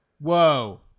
Whoa